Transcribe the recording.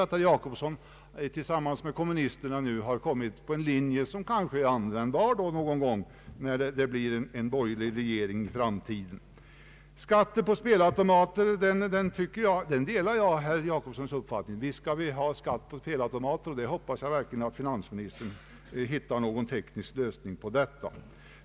Herr Jacobsson har tillsammans med kommunisterna kommit på en linje som kanske är användbar någon gång i framtiden, om det blir en borgerlig regering. Beträffande skatten på spelautomater delar jag herr Jacobssons uppfattning. Visst skall vi ha skatt på spelautomater, och jag hoppas verkligen att finansministern hittar någon teknisk lösning härför.